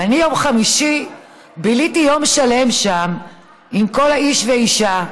ואני ביום חמישי ביליתי יום שלם שם עם כל האנשים והנשים,